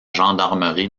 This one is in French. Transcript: gendarmerie